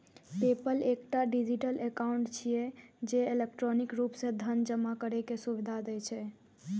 PayPal एकटा digital account छियै, जे इलेक्ट्रॉनिक रूप सं धन जमा करै के सुविधा दै छै